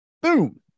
Boom